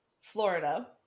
Florida